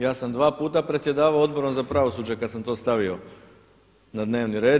Ja sam dva puta predsjedavao Odborom za pravosuđe kada sam to stavio na dnevni red.